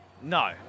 No